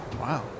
wow